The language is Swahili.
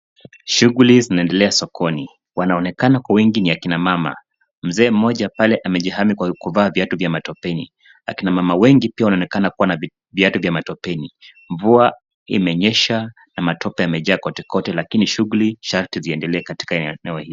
Shughuli zinaendelea sokoni. Wanaonekanako wengi ni akina mama. Mzee mmoja pale amejihami kwa kuvaa viatu vya matopeni. Akina mama wengi pia wanaonekana kua na viatu vya matopeni. Mvua imenyesha na matope yamejaa kotekote, lakini shughuli sharti ziendelee katika eneo hili.